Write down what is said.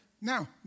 Now